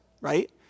right